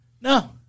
no